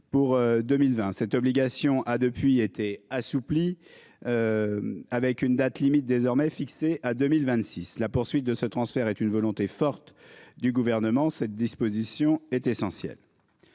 pour 2020. Cette obligation a depuis été assouplies. Avec une date limite désormais fixé à 2026. La poursuite de ce transfert est une volonté forte du gouvernement. Cette disposition est essentiel.